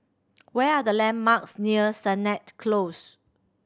where are the landmarks near Sennett Close